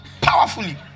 powerfully